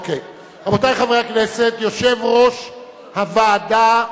אוקיי, רבותי חברי הכנסת, יושב-ראש הוועדה,